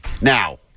now